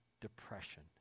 depression